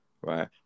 right